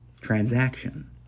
transaction